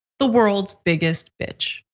the world's biggest bitch.